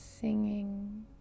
singing